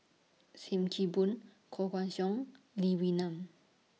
SIM Kee Boon Koh Guan Song Lee Wee Nam